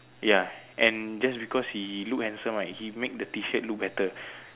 ya and just because he look handsome right he make the t shirt look better